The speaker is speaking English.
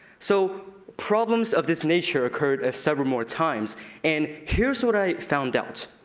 so problems of this nature occur several more times and here's what i found out.